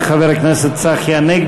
אני מזמין את חבר הכנסת צחי הנגבי,